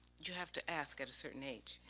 you have to ask at a certain age